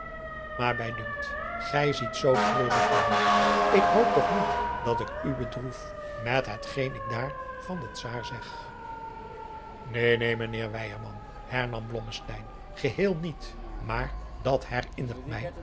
maar mij dunkt gij ziet zoo treurig mijnheer ik hoop toch niet dat ik u bedroef met het geen ik daar van den czaar zeg neen neen mijnheer weyerman hernam blommesteyn geheel niet maar dat herinnert mij